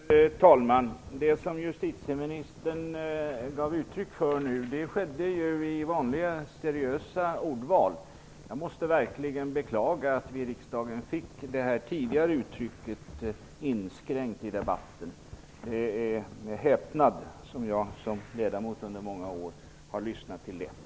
Herr talman! Vad gäller det som justitieministern nu gav uttryck för användes vanliga seriösa ordval. Jag måste verkligen beklaga att vi i riksdagen fick uttrycket "inskränkt" i debatten. Det är med häpnad som jag - som har varit ledamot i många år - har lyssnat till detta.